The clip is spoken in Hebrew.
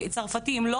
אם לא,